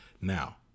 Now